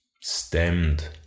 stemmed